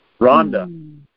Rhonda